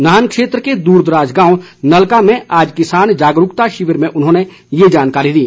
नाहन क्षेत्र के दूर दराज गांव नलका में आज किसान जागरूकता शिविर में उन्होंने ये जानकारी दी